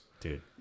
Dude